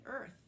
earth